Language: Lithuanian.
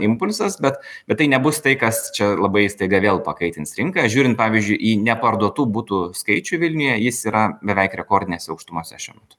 impulsas bet bet tai nebus tai kas čia labai staiga vėl pakaitins rinką žiūrint pavyzdžiui į neparduotų butų skaičių vilniuje jis yra beveik rekordinėse aukštumose šiuo metu